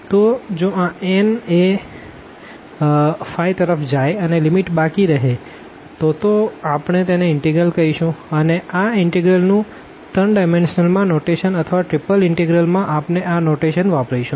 તોજો આ n એ તરફ જાય અને લીમીટ બાકી રહે તો તો આપણે તેને ઇનટેગ્રલ કહીશું અને આ ઇનટેગ્રલ નું 3 ડાયમેનશનલ માં નોટેશન અથવા ત્રિપલ ઇનટેગ્રલ માં આપણે આ નોટેશન વાપરીશું